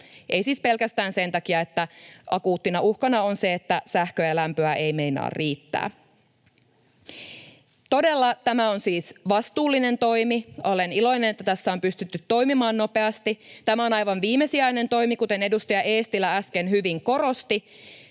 ei siis pelkästään sen takia, että akuuttina uhkana on se, että sähköä ja lämpöä ei meinaa riittää. Todella tämä on siis vastuullinen toimi. Olen iloinen, että tässä on pystytty toimimaan nopeasti. Tämä on aivan viimesijainen toimi, kuten edustaja Eestilä äsken hyvin korosti.